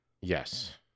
Yes